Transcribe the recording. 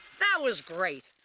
that was great.